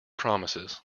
promises